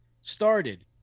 started